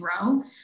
grow